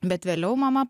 bet vėliau mama